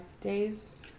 days